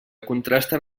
contrasten